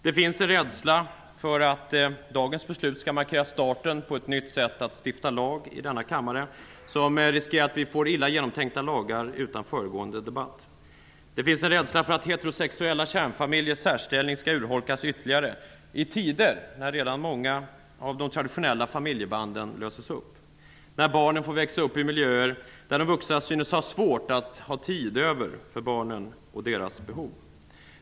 Det finns en rädsla för att dagens beslut skall markera starten på ett nytt sätt att stifta lag i denna kammare, vilket riskerar att vi får illa genomtänkta lagar utan föregående debatt. Det finns en rädsla för att heterosexuella kärnfamiljers särställning skall urholkas ytterligare i tider när redan många av de traditionella familjebanden löses upp, när barnen får växa upp i miljöer där de vuxna synes ha svårt att få tid över för barnen och deras behov.